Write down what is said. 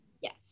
Yes